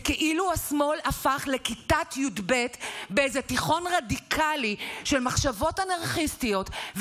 זה כאילו השמאל הפך לכיתת י"ב באיזה תיכון רדיקלי של מחשבות אנרכיסטיות,